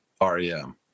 REM